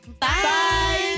Bye